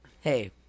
Hey